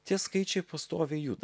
tie skaičiai pastoviai juda